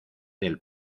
del